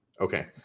Okay